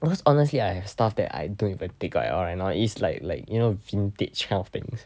because honestly I have stuff that I don't even take out at all right now it's like like you know vintage kind of things